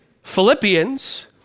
Philippians